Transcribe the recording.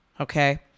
okay